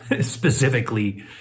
specifically